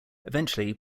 eventually